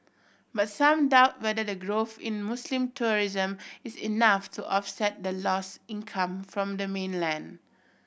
but some doubt whether the growth in Muslim tourism is enough to offset the lost income from the mainland